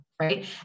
right